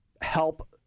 help